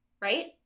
right